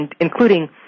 including